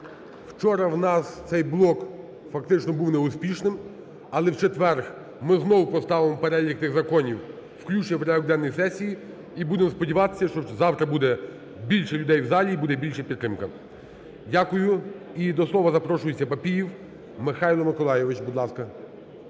вчора в нас цей блок фактично був неуспішним. Але в четвер ми знову поставимо перелік тих законів в включення в порядок денний сесії. І будем сподіватися, що завтра буде більше людей в залі і буде більша підтримка. Дякую. І до слова запрошується Папієв Михайло Миколайович.